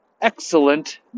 excellent